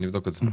אני אבדוק את זה,